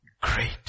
great